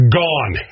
gone